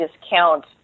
discount